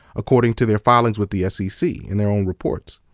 according to their filings with the fcc, in their own reports.